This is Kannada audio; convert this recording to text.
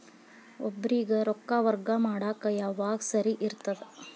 ಒಬ್ಬರಿಗ ರೊಕ್ಕ ವರ್ಗಾ ಮಾಡಾಕ್ ಯಾವಾಗ ಸರಿ ಇರ್ತದ್?